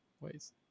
ways